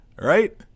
right